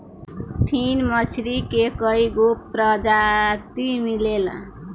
फिन मछरी के कईगो प्रजाति मिलेला